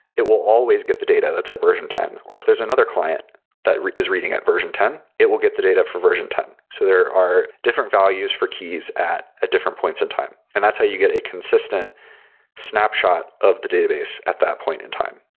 it will always get the data that's at version ten, or if there's another client that is reading at version ten, it will get the data for version ten. so there are different values for keys at at different points in time, and that's how you get a consistent snapshot of the database at that point in time,